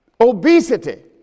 Obesity